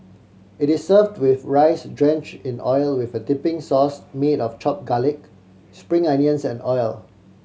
it is served with rice drench in oil with a dipping sauce made of chop garlic spring onions and oil